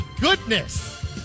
goodness